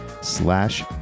slash